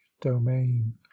domain